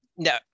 No